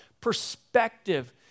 perspective